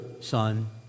son